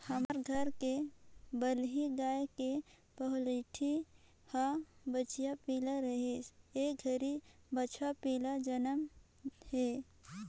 हमर घर के बलही गाय के पहलोठि हर बछिया पिला रहिस ए घरी बछवा पिला जनम हे